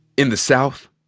in the south,